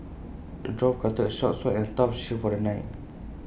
the dwarf crafted A sharp sword and A tough shield for the knight